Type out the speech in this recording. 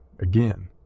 again